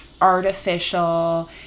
artificial